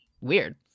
weird